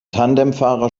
tandemfahrer